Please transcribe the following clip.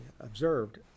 observed